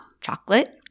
chocolate